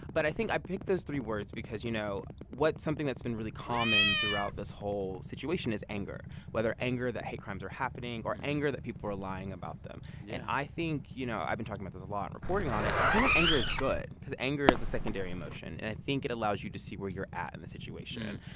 but i think i picked those three words because, you know, what something that's been really common throughout this whole situation is anger, whether anger that hate crimes are happening or anger that people are lying about them yeah and i think you know, i've been talking about this a lot in reporting on it. and i think that anger is good because anger is a secondary emotion, and i think it allows you to see where you're at in the situation.